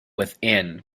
within